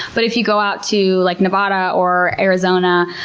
but if you go out to like nevada or arizona,